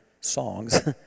songs